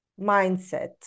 mindset